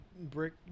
Brick